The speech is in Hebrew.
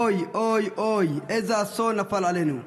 אוי אוי אוי, איזה אסון נפל עלינו,